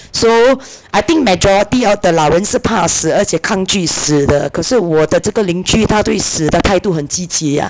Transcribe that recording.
so I think majority of the 老人是怕死而且抗拒死的可是我的这个邻居她对死的态度很积极 ah